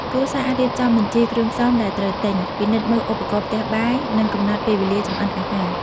គ្រួសារអាចរៀបចំបញ្ជីគ្រឿងផ្សំដែលត្រូវទិញ ពិនិត្យមើលឧបករណ៍ផ្ទះបាយ និងកំណត់ពេលវេលាចម្អិនអាហារ ។